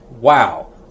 wow